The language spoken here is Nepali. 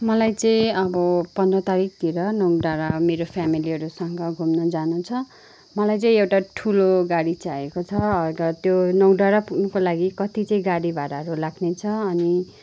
मलाई चाहिँ अब पन्ध्र तारिकतिर नोक डाँडा मेरो फ्यामेलीहरूसँग घुम्नु जानु छ मलाई चाहिँ एउटा ठुलो गाडी चाहिएको छ र त्यो नोक डाँडा पुग्नुको लागि कति चाहिँ गाडी भाडाहरू लाग्नेछ अनि